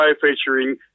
featuring